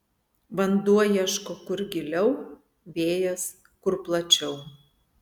vanduo ieško kur giliau vėjas kur plačiau